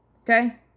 Okay